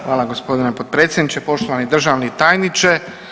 Hvala gospodine potpredsjedniče, poštovani državni tajniče.